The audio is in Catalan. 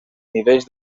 nivells